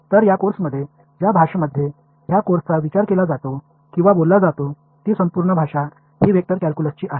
तर या कोर्समध्ये ज्या भाषेमध्ये ह्या कोर्सचा विचार केला जातो किंवा बोलला जातो ती संपूर्ण भाषा ही वेक्टर कॅल्क्युलसची आहे